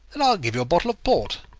then i'll give you a bottle of port,